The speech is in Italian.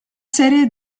serie